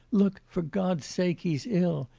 look, for god's sake, he's ill!